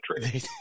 country